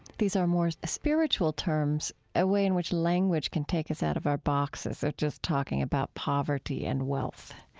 these are more spiritual terms, a way in which language can take us out of our boxes of just talking about poverty and wealth.